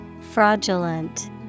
Fraudulent